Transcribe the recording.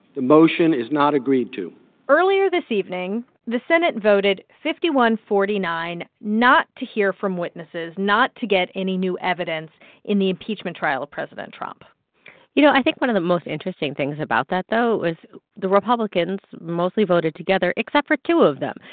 the motion is not agreed to earlier this evening, the senate voted fifty one forty nine not to hear from witnesses, not to get any new evidence in the impeachment trial of president trump you know, i think one of the most interesting things about that, though, was the republicans mostly voted together except for two of them.